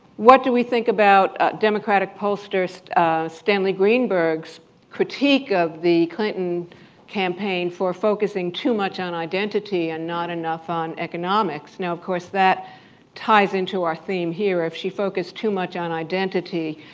what do we think about democratic pollster so stanley greenberg's critique of the clinton campaign for focusing too much on identity and not enough on economics? now, of course, that ties into our theme here. if she focused too much on identity,